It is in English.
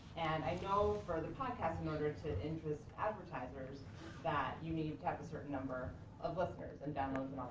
and i know for the podcast in order to interest advertisers that you need to have a certain number of listeners and downloads